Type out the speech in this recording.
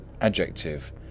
adjective